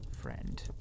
friend